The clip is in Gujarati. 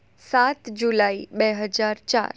સાત જુલાઈ બે હજાર ચાર